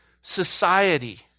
society